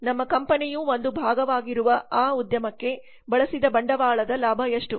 ನಮ್ಮ ಕಂಪನಿಯು ಒಂದು ಭಾಗವಾಗಿರುವ ಆ ಉದ್ಯಮಕ್ಕೆ ಬಳಸಿದ ಬಂಡವಾಳದ ಲಾಭ ಎಷ್ಟು